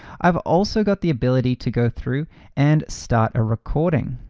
i've also got the ability to go through and start a recording.